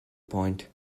point